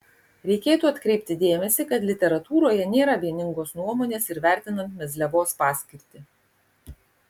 reikėtų atkreipti dėmesį kad literatūroje nėra vieningos nuomonės ir vertinant mezliavos paskirtį